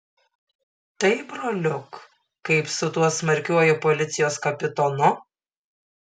taip broliuk kaip su tuo smarkiuoju policijos kapitonu